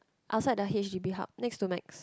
outside the h_d_b hub next to nex